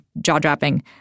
jaw-dropping